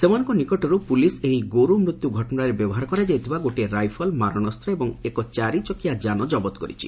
ସେମାନଙ୍କ ନିକଟରୁ ପୁଲିସ୍ ଏହି ଗୋରୁ ମୃତ୍ୟୁ ଘଟଣାରେ ବ୍ୟବହାର କରାଯାଇଥିବା ଗୋଟିଏ ରାଇଫଲ୍ ମାରଣାସ୍ତ ଏବଂ ଏକ ଚାରି ଚକିଆ ଯାନ ଜବତ କରିଛି